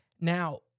Now